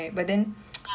ya